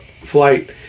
flight